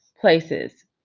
places